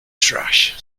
trash